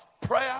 prayer